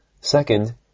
Second